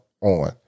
on